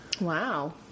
Wow